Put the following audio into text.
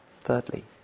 Thirdly